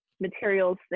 materials